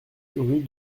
rue